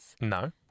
No